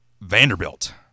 vanderbilt